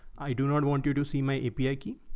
i do not want you to see my api key,